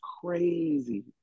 crazy